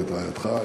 ואת רעייתך.